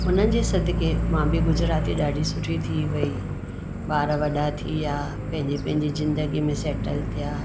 हुनजे सदिक़े मां बि गुजराती ॾाढी सुठी थी वेई ॿार वॾा थी विया पंहिंजे पंहिंजे ज़िंदगी में सेटल थिया